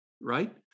right